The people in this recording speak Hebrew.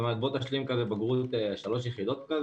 בוא תשלים בגרות 3 יחידות.